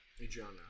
Adriana